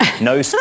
No